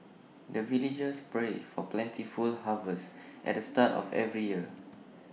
the villagers pray for plentiful harvest at the start of every year